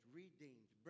redeemed